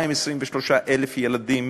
223,000 ילדים